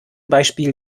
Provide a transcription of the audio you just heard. beispiel